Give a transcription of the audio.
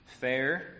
Fair